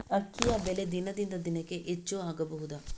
ಅಕ್ಕಿಯ ಬೆಲೆ ದಿನದಿಂದ ದಿನಕೆ ಹೆಚ್ಚು ಆಗಬಹುದು?